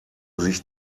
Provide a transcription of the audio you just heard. sich